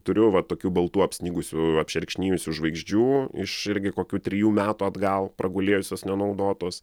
turiu va tokių baltų apsnigusių apšerkšnijusių žvaigždžių iš irgi kokių trijų metų atgal pragulėjusios nenaudotos